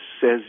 says